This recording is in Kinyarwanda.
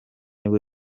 nibwo